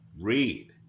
read